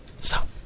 Stop